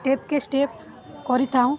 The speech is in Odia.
ଷ୍ଟେପ୍କେ ଷ୍ଟେପ୍ କରିଥାଉ